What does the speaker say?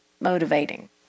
motivating